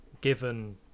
given